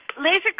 Laser